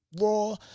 raw